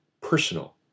personal